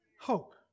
Hope